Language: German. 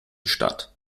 statt